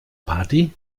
party